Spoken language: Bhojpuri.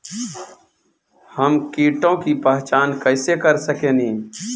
हम कीटों की पहचान कईसे कर सकेनी?